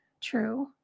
true